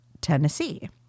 Tennessee